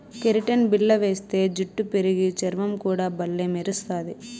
keratin బిల్ల వేస్తే జుట్టు పెరిగి, చర్మం కూడా బల్లే మెరస్తది